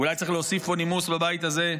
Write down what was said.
אולי צריך להוסיף פה נימוס בבית הזה.